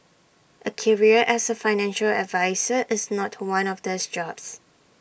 A career as A financial advisor is not one of these jobs